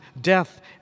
death